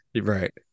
Right